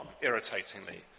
irritatingly